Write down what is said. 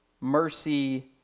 mercy